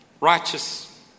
Righteous